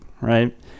right